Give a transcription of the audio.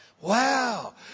Wow